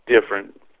different